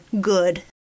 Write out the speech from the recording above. good